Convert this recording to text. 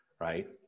right